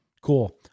Cool